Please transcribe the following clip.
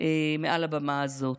מעל הבמה הזאת.